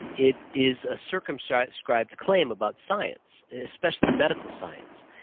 it is a circumscribed claim about science, especially medical science.